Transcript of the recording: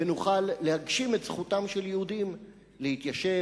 ונוכל להגשים את זכותם של יהודים להתיישב,